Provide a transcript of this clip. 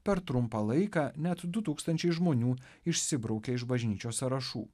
per trumpą laiką net du tūkstančiai žmonių išsibraukė iš bažnyčios sąrašų